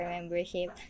Membership